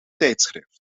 tijdschrift